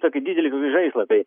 tokį didelį kokį žaislą tai